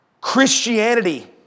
Christianity